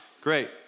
great